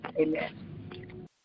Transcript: Amen